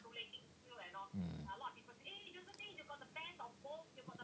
mm